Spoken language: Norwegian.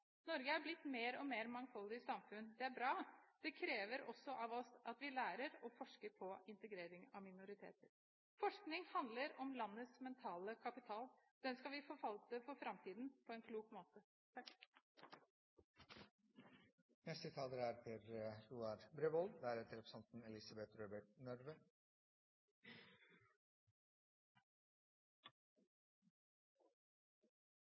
Norge er blitt et mer og mer mangfoldig samfunn. Det er bra. Det krever også av oss at vi lærer å forske på integrering av minoriteter. Forskning handler om landets mentale kapital. Den skal vi forvalte for framtiden på en klok måte.